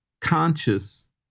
conscious